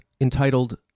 entitled